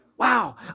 Wow